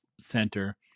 center